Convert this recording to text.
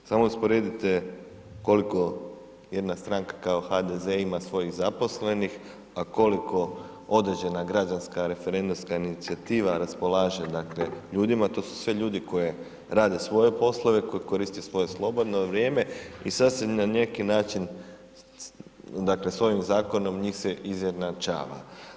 Samo usporedite koliko jedna stranka kao HDZ ima svojih zaposlenih, a koliko određena građanska referendumska inicijativa raspolaže, dakle, ljudima, to su sve ljudi koji radi svoje poslove, koji koristi svoje slobodno vrijeme, i sad se na neki način, dakle, s ovim Zakonom njih se izjednačava.